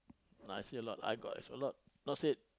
no I see a lot I got is a lot not say